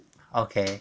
okay